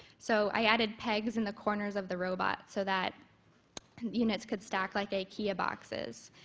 so i added pegs in the corners of the robot so that units could stack like ikea boxes,